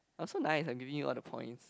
I'm so nice I'm giving you all the points